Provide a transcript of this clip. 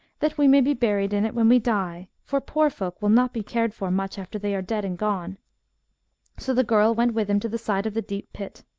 that we may be buried in it when we die, for poor folk will not be cared for much after they, are dead and gone so the girl went with him to the side of the deep pit.